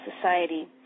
society